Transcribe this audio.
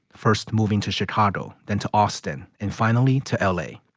first moving to chicago, then to austin and finally to l a.